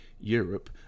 Europe